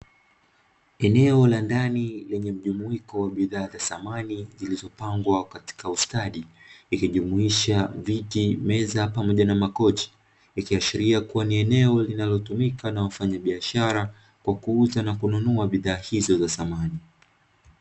Eneo la ndani lenye mjumuiko wa bidhaa za samani zilizo pambwa kwa ustadi ikijumuisha viti, meza pamoja na makochi ikiashiria kuwa ni eneo linalotumika na wafanyabiashara kwa kuuza na kununua bidhaa hizo za samani.